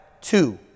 Two